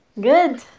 Good